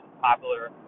popular